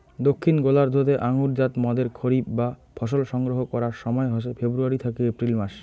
দক্ষিন গোলার্ধ তে আঙুরজাত মদের খরিফ বা ফসল সংগ্রহ করার সময় হসে ফেব্রুয়ারী থাকি এপ্রিল মাস